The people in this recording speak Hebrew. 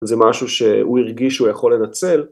זה משהו שהוא הרגיש שהוא יכול לנצל,